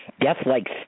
death-like